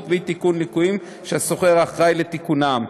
ואי-תיקון ליקויים שהשוכר אחראי לתיקונם.